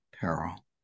peril